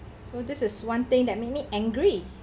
so this is one thing that make me angry